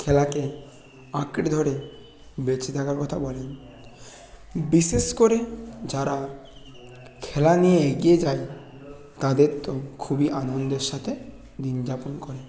খেলাকে আঁকড়ে ধরে বেঁচে থাকার কথা বলেন বিশেষ করে যারা খেলা নিয়ে এগিয়ে যায় তাদের তো খুবই আনন্দের সাতে দিন যাপন করে